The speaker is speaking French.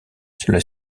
cela